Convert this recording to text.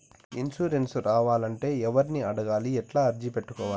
Insurance రావాలంటే ఎవర్ని అడగాలి? ఎట్లా అర్జీ పెట్టుకోవాలి?